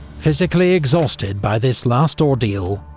physically exhausted by this last ordeal,